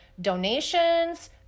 donations